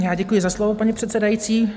Já děkuji za slovo, paní předsedající.